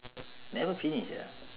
never finish ah